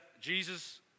Jesus